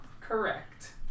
Correct